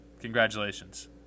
Congratulations